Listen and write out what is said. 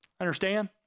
Understand